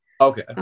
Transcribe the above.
Okay